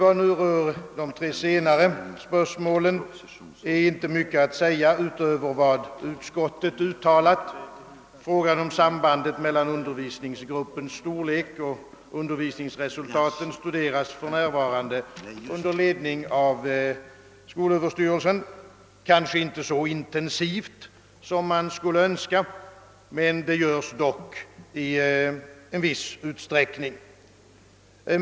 Om de tre senare spörsmålen är inte mycket att säga utöver vad utskottet uttalat. Frågan om sambandet mellan undervisningsgruppens storlek och undervisningsresultaten studeras för närvarande under ledning av skolöverstyrelsen, kanske inte så intensivt som man skulle ha önskat, men det görs dock i viss utsträckning.